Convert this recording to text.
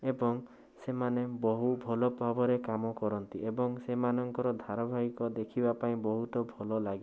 ଏବଂ ସେମାନେ ବହୁ ଭଲଭାବରେ କାମ କରନ୍ତି ଏବଂ ସେମାନଙ୍କର ଧାରାବାହିକ ଦେଖିବା ପାଇଁ ବହୁତ ଭଲ ଲାଗେ